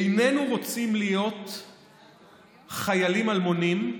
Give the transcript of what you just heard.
איננו רוצים להיות חיילים אלמונים,